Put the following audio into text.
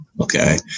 Okay